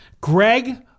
Greg